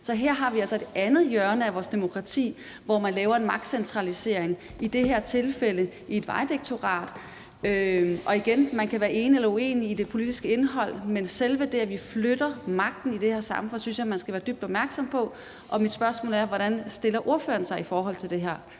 Så her har vi altså et andet hjørne af vores demokrati, hvor man laver en magtcentralisering, i det her tilfælde i et Vejdirektorat. Igen vil jeg sige: Man kan være enig eller uenig i det politiske indhold, men selve det, at vi flytter magten i det her samfund, synes jeg man skal være dybt opmærksom på. Og mit spørgsmål er: Hvordan stiller ordføreren sig i forhold til den problematik?